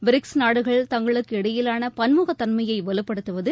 BRICS நாடுகள் தங்களுக்கு இடையிலான பன்முகத் தன்மையை வலுப்படுத்துவது